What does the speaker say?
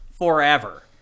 Forever